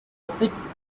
six